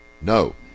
no